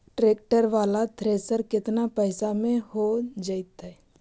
Tractor बाला thresher केतना पैसा में हो जैतै?